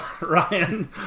Ryan